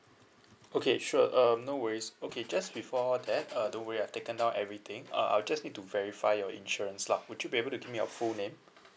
okay sure um no worries okay just before that uh don't worry I've taken down everything uh I'll just need to verify your insurance lah would you be able to give me your full name